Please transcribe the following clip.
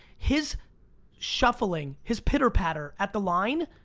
his shuffling, his pitter-patter, at the line,